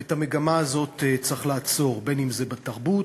ואת המגמה הזאת צריך לעצור, אם בתרבות,